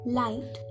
light